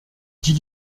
dix